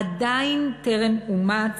ועדיין טרם אומץ,